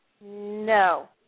No